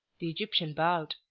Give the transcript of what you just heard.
the egyptian bowed,